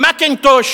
"מקינטוש",